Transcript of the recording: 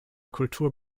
kultur